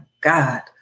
God